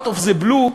out of the blue,